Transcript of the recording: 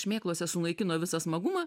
šmėklose sunaikino visą smagumą